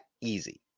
easy